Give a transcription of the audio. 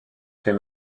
fait